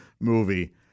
movie